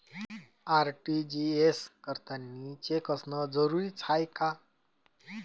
RTGS करतांनी cheque असनं जरुरीच हाय का?